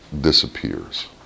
disappears